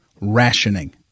rationing